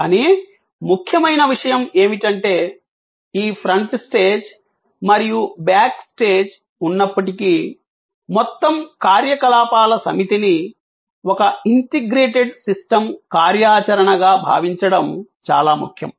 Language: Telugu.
కానీ ముఖ్యమైన విషయం ఏమిటంటే ఈ ఫ్రంట్ స్టేజ్ మరియు బ్యాక్ స్టేజ్ ఉన్నప్పటికీ మొత్తం కార్యకలాపాల సమితిని ఒక ఇంటిగ్రేటెడ్ సిస్టమ్ కార్యాచరణగా భావించడం చాలా ముఖ్యం